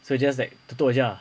so it's just like they close ajar